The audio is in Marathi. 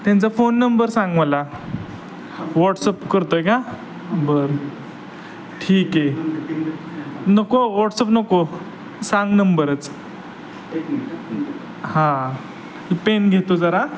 त्यांचा फोन नंबर सांग मला वॉट्सअप करतो आहे का बरं ठीक आहे नको वॉट्सअप नको सांग नंबरच हां पेन घेतो जरा